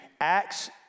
Acts